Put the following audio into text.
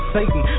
Satan